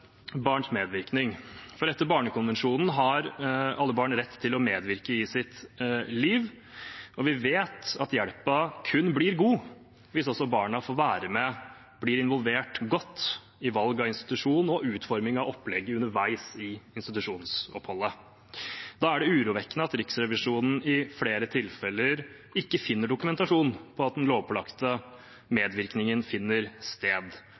barns medvirkning. Etter Barnekonvensjonen har alle barn rett til å medvirke i sitt liv, og vi vet at hjelpen kun blir god hvis også barna får være med, blir involvert godt i valg av institusjon og utforming av opplegget underveis i institusjonsoppholdet. Da er det urovekkende at Riksrevisjonen i flere tilfeller ikke finner dokumentasjon på at den lovpålagte medvirkningen finner sted.